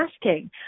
asking